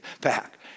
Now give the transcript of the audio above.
back